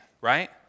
right